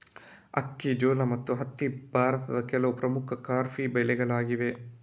ಅಕ್ಕಿ, ಜೋಳ ಮತ್ತು ಹತ್ತಿ ಭಾರತದ ಕೆಲವು ಪ್ರಮುಖ ಖಾರಿಫ್ ಬೆಳೆಗಳಾಗಿವೆ